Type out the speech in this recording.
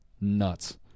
nuts